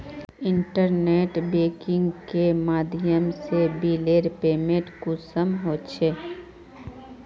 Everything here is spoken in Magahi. इंटरनेट बैंकिंग के माध्यम से बिलेर पेमेंट कुंसम होचे?